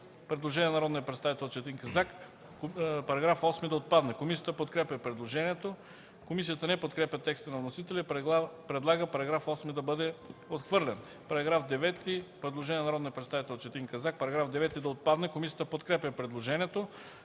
предложение на народния представител Четин Казак –§ 8 да отпадне. Комисията подкрепя предложението. Комисията не подкрепя текста на вносителя и предлага § 8 да бъде отхвърлен. По § 9 има предложение на народния представител Четин Казак –§ 9 да отпадне. Комисията подкрепя предложението.